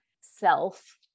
self